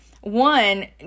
one